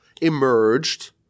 emerged